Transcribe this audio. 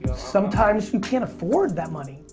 sometimes you can't afford that money,